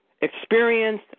Experienced